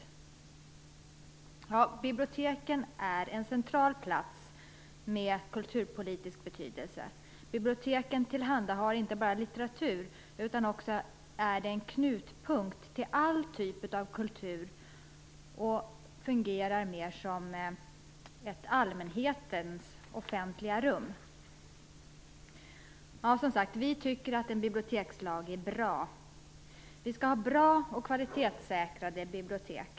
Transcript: Biblioteken är en central plats av kulturpolitisk betydelse. Biblioteken tillhandahåller inte bara litteratur, utan är också en knutpunkt i fråga om alla typer av kultur. De fungerar som ett allmänhetens offentliga rum. Vi tycker som sagt att en bibliotekslag är bra. Vi skall ha bra och kvalitetssäkrade bibliotek.